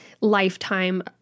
lifetime